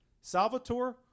Salvatore